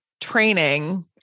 training